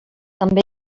també